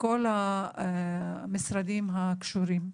וכל המשרדים הקשורים.